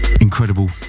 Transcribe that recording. incredible